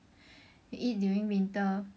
eat during winter